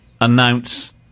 announce